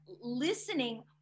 listening